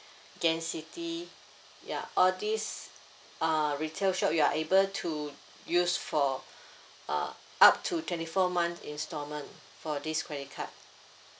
Gain City ya all this uh retail shop you are able to use for uh up to twenty four months installment for this credit card